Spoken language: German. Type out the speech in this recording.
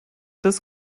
des